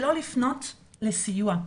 שלא לפנות לסיוע.